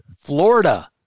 Florida